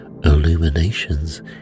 illuminations